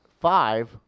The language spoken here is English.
five